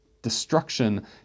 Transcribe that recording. destruction